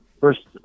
first